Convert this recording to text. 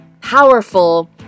powerful